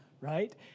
right